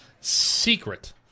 secret